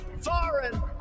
foreign